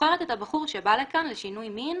זוכרת את הבחור שבא לכאן לשינוי מין?